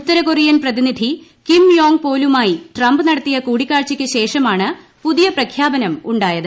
ഉത്തര Korean പ്രതിനിധി Kim Yong പോലുമായി Trump നട ത്തിയ കൂടിക്കാഴ്ചക്ക് ശേഷമാണ് പുതിയ പ്രഖ്യാപനം ഉണ്ടായത്